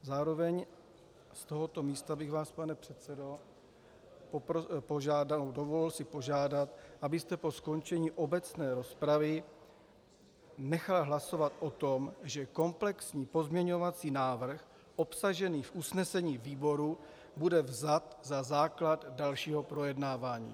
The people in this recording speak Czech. Zároveň z tohoto místa bych si vás, pane předsedo, dovolil požádat, abyste po skončení obecné rozpravy nechal hlasovat o tom, že komplexní pozměňovací návrh obsažený v usnesení výboru bude vzat za základ dalšího projednávání.